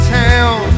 town